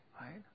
Right